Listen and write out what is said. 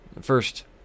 First